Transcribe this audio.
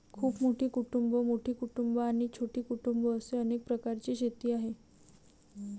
खूप मोठी कुटुंबं, मोठी कुटुंबं आणि छोटी कुटुंबं असे अनेक प्रकारची शेती आहे